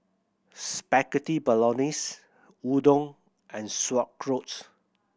Spaghetti Bolognese Udon and Sauerkraut